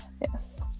Yes